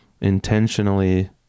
intentionally